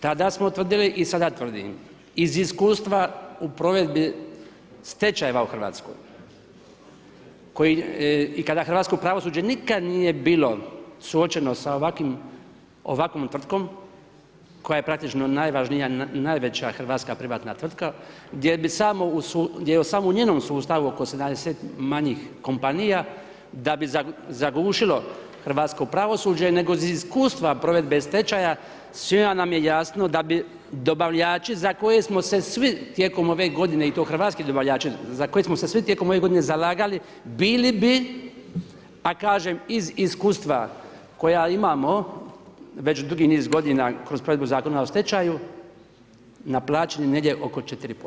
Tada smo tvrdili i sada tvrdimo, iz iskustva u provedbi stečajeva u RH i kada hrvatsko pravosuđe nikad nije bilo suočeno sa ovakvom tvrtkom, koja je praktično najvažnija i najveća hrvatska privatna tvrtka, gdje samo u njenom sustavu oko 70 manjih kompanija, da bi zagušilo hrvatsko pravosuđe, nego iz iskustva provedbe stečaja svima nam je jasno da bi dobavljači za koje smo se svi tijekom ove godine i to hrvatski dobavljači, za koje smo se svi tijekom ove godine zalagali bili bi, pa kažem, iz iskustva koja imamo već dugi niz godina kroz provedbu Zakona o stečaju, naplaćeni negdje oko 4%